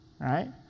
right